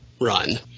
run